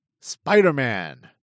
Spider-Man